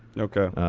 ok.